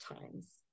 times